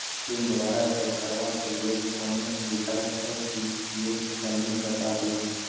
Pin दोबारा set करबा के लेल कोनो विकल्प छै की यो कनी बता देत?